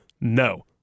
no